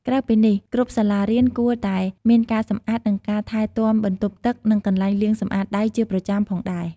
ក្រៅពីនេះគ្រប់សាលារៀនគួរតែមានការសម្អាតនិងការថែទាំបន្ទប់ទឹកនិងកន្លែងលាងសម្អាតដៃជាប្រចាំផងដែរ។